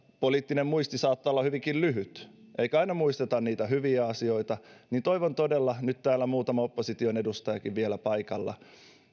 poliittinen muisti saattaa olla hyvinkin lyhyt eikä aina muisteta niitä hyviä asioita mutta toivon todella nyt täällä on muutama opposition edustajakin vielä paikalla